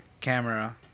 Camera